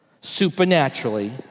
supernaturally